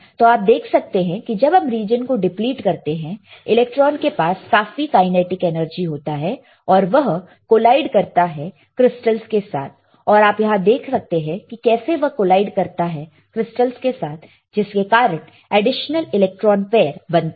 तो आप देख सकते हैं कि जब हम रीजन को डिप्लीट करते हैं इलेक्ट्रॉन के पास काफी काइनेटिक एनर्जी होता है और वह कोलाइड करता है क्रिस्टल्स के साथ और आप यहां देख सकते हैं कि कैसे वह कोलाइड करता है क्रिस्टल्स के साथ जिसके कारण एडीशनल इलेक्ट्रॉन पैर बनता है